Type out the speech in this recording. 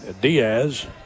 diaz